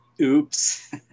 Oops